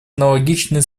аналогичные